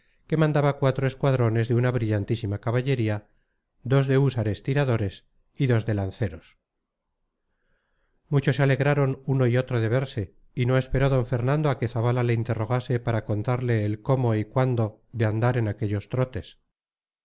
que mandaba cuatro escuadrones de una brillantísima caballería dos de húsares tiradores y dos de lanceros mucho se alegraron uno y otro de verse y no esperó d fernando a que zabala le interrogase para contarle el cómo y cuándo de andar en aquellos trotes